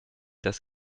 das